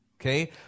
Okay